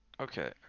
Okay